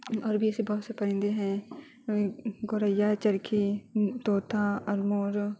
اور بھی ایسے بہت سے پرندے ہیں گوریا ہے چرخی ہے طوطا اور مور